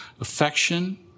Affection